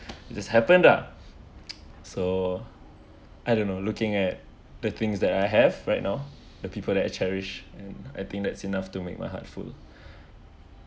just happened ah so I don't know looking at the things that I have right now the people that I cherish and I think that's enough to make my heart full